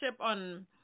on